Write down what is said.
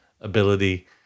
ability